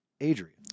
Adrian